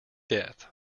death